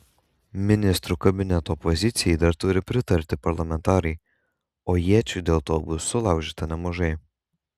ministrų kabineto pozicijai dar turi pritarti parlamentarai o iečių dėl to bus sulaužyta nemažai